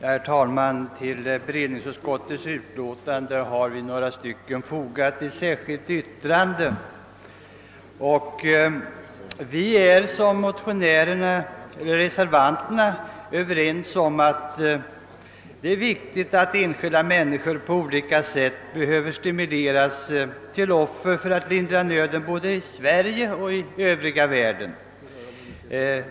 Herr talman! Till allmänna beredningsutskottets utlåtande nr 3 har några av oss utskottsledamöter fogat ett särskilt yttrande. Vi är, i likhet med reservanterna, eniga om att det är riktigt att enskilda människor på olika sätt stimuleras till offer för att lindra nöden såväl i Sverige som i den övriga världen.